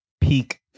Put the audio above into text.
peak